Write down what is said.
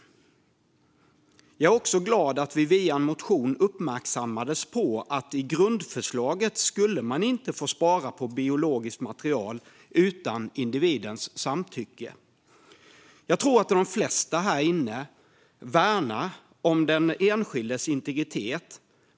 Jag är också glad över att vi via en motion uppmärksammades på att man enligt grundförslaget inte skulle få spara på biologiskt material utan individens samtycke. Jag tror att de flesta här inne värnar om den enskildes integritet.